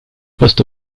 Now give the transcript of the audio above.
post